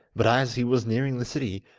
but as he was nearing the city,